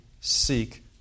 seek